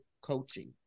coaching